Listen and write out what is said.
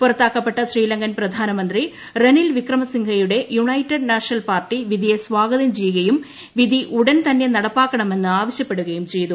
പുറത്താക്കപ്പെട്ട ശ്രീലങ്കൻ പ്രധാനമന്ത്രി രനിൽ വിക്രമസിംഗെയുടെ United National Party വിധിയെ സ്വാഗതം ചെയ്യുകയും വിധി ഉടൻതന്നെ നടപ്പാക്കണമെന്ന് ആവശ്യപ്പെടുകയും ചെയ്തു